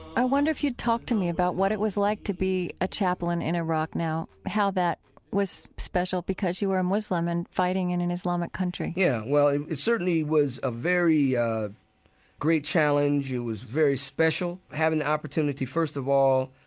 i wonder if you'd talk to me about what it was like to be a chaplain in iraq now, how that was special because you were a muslim and fighting in an islamic country yeah. well, it certainly was a very great challenge. it was very special having an opportunity, first of all,